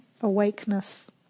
awakeness